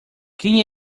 quem